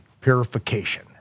purification